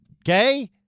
Okay